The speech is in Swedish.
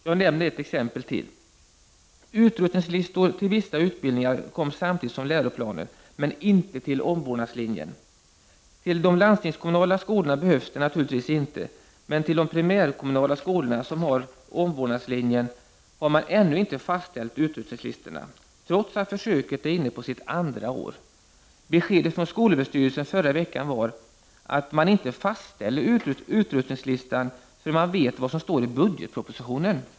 Jag nämner ett exempel till. Utrustningslistor till vissa utbildningar kom samtidigt som läroplanen, men inte till omvårdnadslinjen. Vid de landstingskommunala skolorna behövs det naturligtvis inte, men till de primärkommunala skolorna som har omvårdnadslinjen, bar man ännu inte fastställt utrustningslistorna, trots att försöket är inne på sitt andra år! Beskedet från SÖ förra veckan var att man inte fastställer utrustningslistan förrän man vet vad som står i budgetpropositionen.